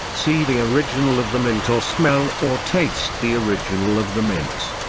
see the original of the mint or smell or taste the original of the mint.